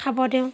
খাব দিওঁ